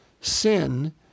Sin